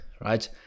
Right